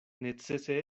necese